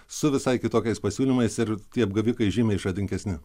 su visai kitokiais pasiūlymais ir tie apgavikai žymiai išradingesni